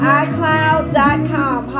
iCloud.com